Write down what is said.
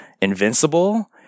Invincible